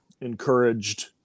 encouraged